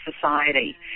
society